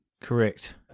Correct